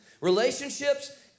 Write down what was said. Relationships